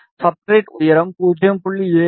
substrate உயரம் 0